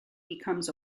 becomes